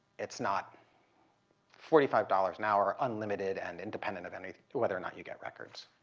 it's not forty five dollars an hour unlimited and independent of and whether or not you get records.